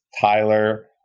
tyler